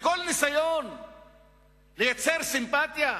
כל ניסיון לייצר סימפתיה,